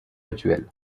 habituel